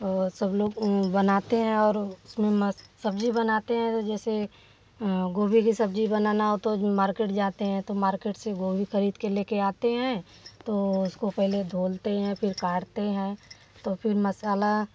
और सब लोग बनाते हैं और उसमें म सब्ज़ी बनाते हैं तो जैसे गोभी की सब्ज़ी बनाना हो तो मार्केट जाते हैं तो मार्केट से गोभी खरीद कर लेकर आते हैं तो उसको पहले धोते हैं फिर काटते हैं तो फिर मसाला